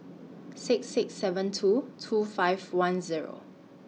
six six seven two two five one Zero